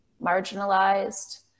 marginalized